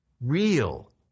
real